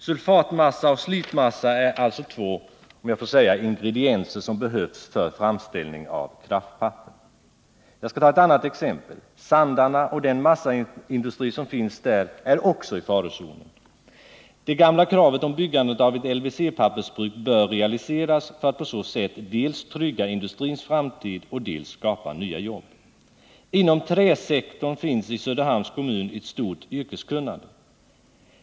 Sulfatmassa och slipmassa är alltså två, om jag så får säga, ingredienser som behövs för framställning av kraftpapper. Jag skall ta ett annat exempel: Sandarne och den massaindustri som finns där är också i farozonen. Det gamla kravet på byggandet av ett LWC pappersbruk bör realiseras för att på så sätt dels trygga industrins framtid, dels skapa nya jobb. Inom träsektorn finns i Söderhamns kommun ett stort yrkeskunnande.